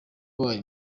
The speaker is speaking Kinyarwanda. wabaye